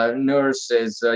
ah nurses,